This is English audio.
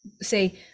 say